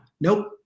Nope